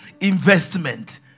investment